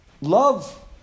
love